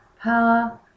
power